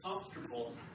comfortable